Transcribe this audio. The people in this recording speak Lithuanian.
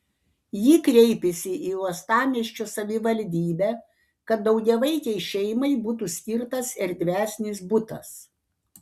ji kreipėsi į uostamiesčio savivaldybę kad daugiavaikei šeimai būtų skirtas erdvesnis butas